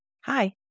Hi